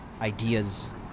ideas